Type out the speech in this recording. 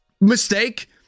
mistake